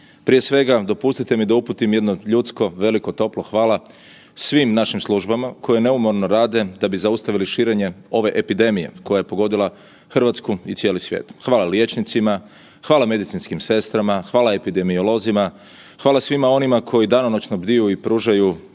Prije svega dopustite mi da uputim jedno ljudsko, veliko, toplo hvala svim našim službama koje neumorno rade da bi zaustavili širenje ove epidemije koja je pogodila Hrvatsku i cijeli svijet. Hvala liječnicima, hvala medicinskim sestrama, hvala epidemiolozima, hvala svima onima koji danonoćno bdiju i pružaju